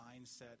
mindset